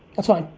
that's fine.